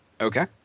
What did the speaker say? Okay